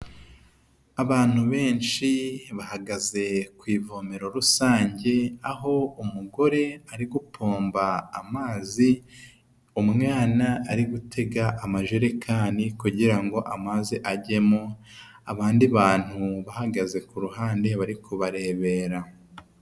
Abantu benshi bahagaze kw'ivomero rusange aho umugore ari gupomba amazi, umwana ari gutega amajerekani kugira ngo amazi ajyemo abandi bantu bahagaze ku ruhande bari kubarebera .